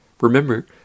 Remember